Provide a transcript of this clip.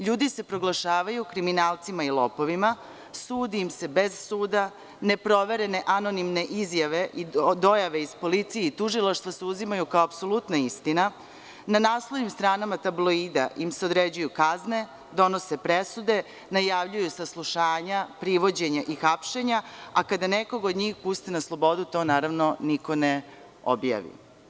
Ljudi se proglašavaju kriminalcima i lopovima, sudi im se bez suda, neproverene anonimne izjave i dojave iz policije i tužilaštva se uzimaju kao apsolutna istina, na naslovnim stranama tabloida im se određuju kazne, donose presude, najavljuju saslušavanja, privođenja i hapšenja, a kada nekog od njih puste na slobodu, to niko ne objavi.